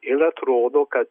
ir atrodo kad